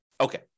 Okay